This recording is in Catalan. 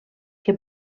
que